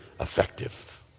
effective